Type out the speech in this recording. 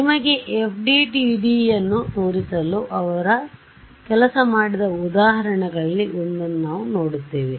ನಿಮಗೆ ಎಫ್ಡಿಟಿಡಿಯನ್ನು ತೋರಿಸಲು ಅವರು ಕೆಲಸ ಮಾಡಿದ ಉದಾಹರಣೆಗಳಲ್ಲಿ ಒಂದನ್ನು ನಾವು ನೋಡುತ್ತೇವೆ